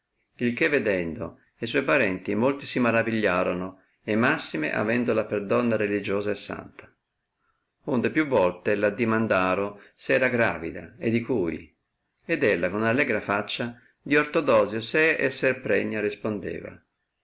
il che vedendo e suoi parenti molto si maravigliarono e massime avendola per donna religiosa e santa onde più volte r addimandaro se era gravida e di cui ed ella con allegra faccia di ortodosio sé esser pregna respondeva